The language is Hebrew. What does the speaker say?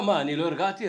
מה, אני לא הרגעתי?